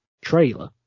trailer